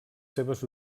seves